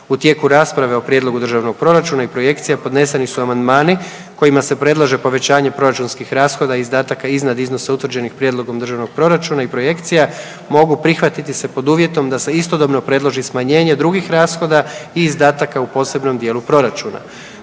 U tijeku rasprave o prijedlogu državnog proračuna i projekcija podneseni su amandmani kojima se predlaže povećanje proračunskih rashoda i izdataka iznad iznosa utvrđenih prijedlogom državnog proračuna i projekcija mogu prihvatiti se pod uvjetom da se istodobno predloži smanjenje drugih rashoda i izdataka u posebnom dijelu proračuna.